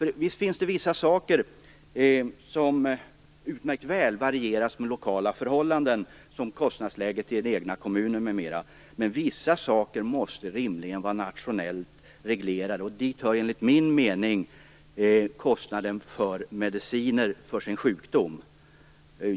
Visst finns det vissa saker som utmärkt väl varierar med lokala förhållanden, såsom kostnadsläget i den egna kommunen m.m. Men vissa saker måste rimligen vara nationellt reglerade, och dit hör enligt min mening kostnaden för mediciner för sjukdom.